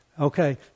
Okay